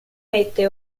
mette